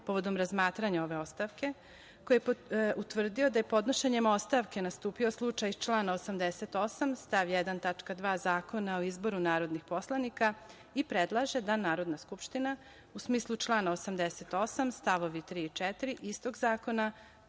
povodom razmatranja ove ostavke, koji je utvrdio da je podnošenjem ostavke nastupio slučaj iz člana 88. stav 1. tačka 2) Zakona o izboru narodnih poslanika i predlaže da Narodna skupština, u smislu člana 88. stavovi 3. i 4. istog zakona,